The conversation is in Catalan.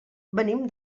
venim